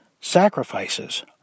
sacrifices